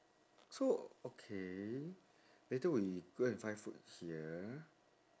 so okay later we go and find food here